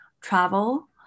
travel